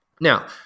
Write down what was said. Now